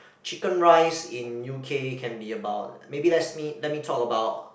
chicken rice in U_K can be about maybe let's me let me talk about